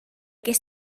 ges